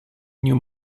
new